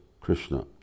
Krishna